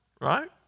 right